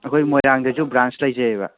ꯑꯩꯈꯣꯏ ꯃꯣꯏꯔꯥꯡꯒꯤꯁꯨ ꯕ꯭ꯔꯥꯟꯁ ꯂꯩꯖꯩꯌꯦꯕ